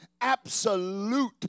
absolute